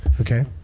Okay